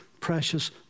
precious